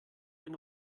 den